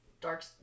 dark